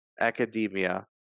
academia